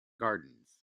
gardens